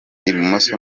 ibumoso